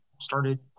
started